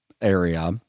area